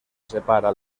separa